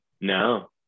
No